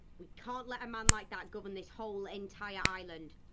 we can't let a man like that govern this whole entire island!